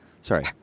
Sorry